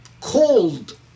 cold